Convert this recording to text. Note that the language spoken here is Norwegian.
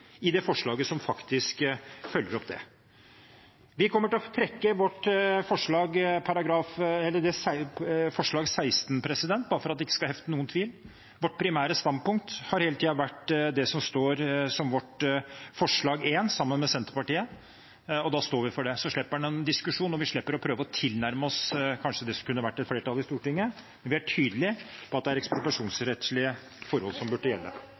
ingenting i forslaget som faktisk følger opp det. Vi kommer til å trekke vårt forslag nr. 16, bare for at det ikke skal hefte noen tvil. Vårt primære standpunkt har hele tiden vært det som står i vårt forslag nr. 1, som vi har sammen med Senterpartiet, og da står vi for det. Så slipper vi en diskusjon, og vi slipper å prøve å tilnærme oss det som kanskje kunne vært et flertall i Stortinget. Men vi er tydelige på at det er ekspropriasjonsrettslige forhold som burde gjelde.